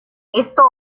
esto